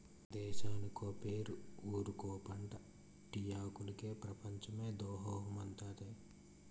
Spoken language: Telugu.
దేశానికో పేరు ఊరికో పంటా టీ ఆకులికి పెపంచమే దాసోహమంటాదే